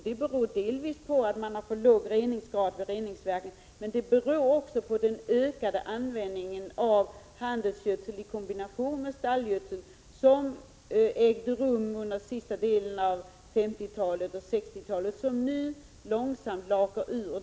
Det beror delvis på att man har en för låg reningsgrad vid reningsverken, men det beror också på den ökning av användningen av handelsgödsel i kombination med stallgödsel som skedde under den sista delen av 1950-talet och på 1960-talet. Denna handelsgödsel och stallgödsel lakar nu långsamt ur.